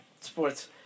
sports